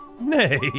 Nay